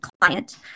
client